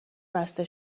بسته